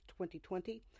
2020